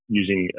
using